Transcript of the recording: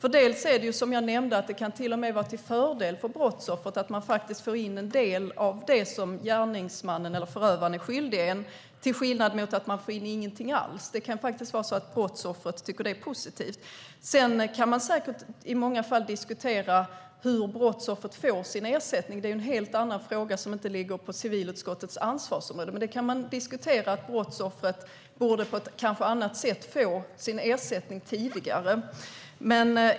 Som jag nämnde kan det till och med vara till fördel för brottsoffret och innebära att man får in en del av det som förövaren är skyldig, till skillnad mot att man inte får in något alls. Det kan faktiskt vara så att brottsoffret tycker att det är positivt. Man kan säkert i många fall diskutera hur brottsoffret får sin ersättning. Men det är en helt annan fråga som inte ligger inom civilutskottets ansvarsområde. Man kan diskutera om brottsoffret på ett annat sätt kanske borde få sin ersättning tidigare.